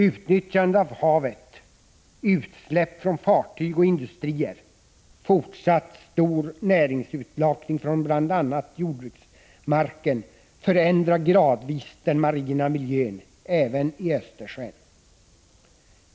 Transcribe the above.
Utnyttjandet av havet, utsläpp från fartyg och industrier och fortsatt stor näringsurlakning från bl.a. jordbruksmarken förändrar gradvis den marina miljön även i Östersjön.